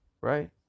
right